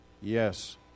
yes